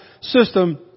system